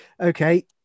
Okay